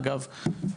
אגב,